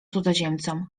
cudzoziemcom